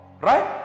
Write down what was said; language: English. right